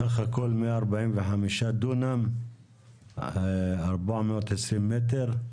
בסך הכל, 145 דונם ו-420 מטר?